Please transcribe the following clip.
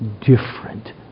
different